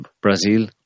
Brazil